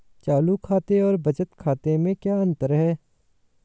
चालू खाते और बचत खाते में क्या अंतर है?